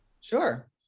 Sure